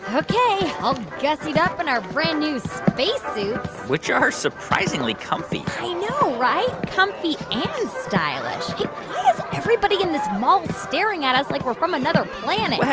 ok. all gussied up in our brand-new space suits which are surprisingly comfy i know, right? comfy and stylish. why is everybody in this mall staring at us like we're from another planet?